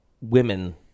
women